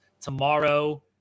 tomorrow